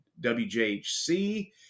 WJHC